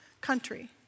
country